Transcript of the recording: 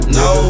no